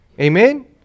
Amen